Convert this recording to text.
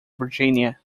virginia